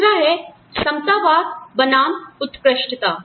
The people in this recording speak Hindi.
दूसरा है समतावाद बनाम उत्कृष्टता